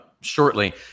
shortly